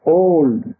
old